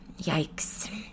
Yikes